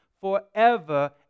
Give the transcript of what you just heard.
forever